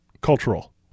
cultural